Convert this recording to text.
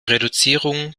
reduzierung